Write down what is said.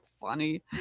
funny